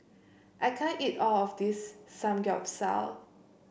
I can't eat all of this Samgeyopsal